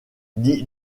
dit